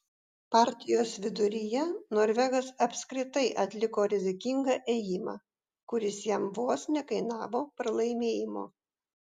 partijos viduryje norvegas apskritai atliko rizikingą ėjimą kuris jam vos nekainavo pralaimėjimo